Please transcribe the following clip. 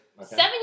Seven